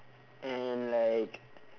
and like